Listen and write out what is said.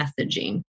messaging